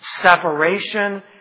separation